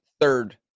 third